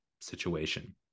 situation